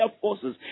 forces